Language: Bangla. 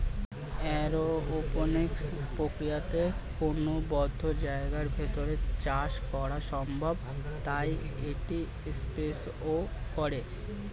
এরওপনিক্স প্রক্রিয়াতে কোনো বদ্ধ জায়গার ভেতর চাষ করা সম্ভব তাই এটি স্পেসেও করে